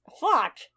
Fuck